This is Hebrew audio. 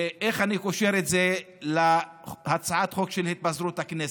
ואיך אני קושר את זה להצעת החוק להתפזרות הכנסת?